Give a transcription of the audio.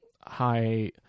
high